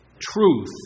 truth